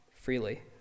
freely